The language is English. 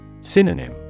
Synonym